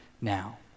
now